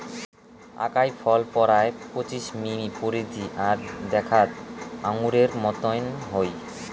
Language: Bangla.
আকাই ফল পরায় পঁচিশ মিমি পরিধি আর দ্যাখ্যাত আঙুরের মতন হই